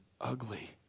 ugly